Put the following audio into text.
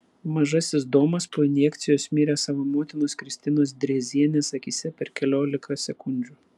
mažasis domas po injekcijos mirė savo motinos kristinos drėzienės akyse per keliolika sekundžių